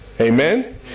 Amen